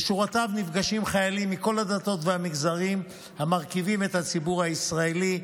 בשורותיו נפגשים חיילים מכל הדתות והמגזרים המרכיבים את הציבור הישראלי,